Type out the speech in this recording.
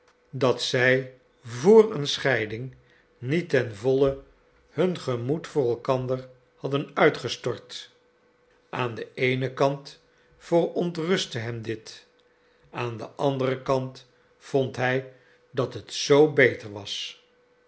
dat zij vr een scheiding niet ten volle hun gemoed voor elkander hadden uitgestort aan den eenen kant verontrustte hem dit aan den anderen kant vond hij dat het z beter was